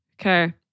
Okay